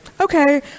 okay